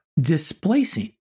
displacing